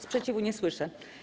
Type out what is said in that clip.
Sprzeciwu nie słyszę.